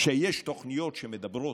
כשיש תוכניות שמדברות,